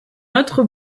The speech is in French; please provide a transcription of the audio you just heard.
autre